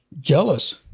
jealous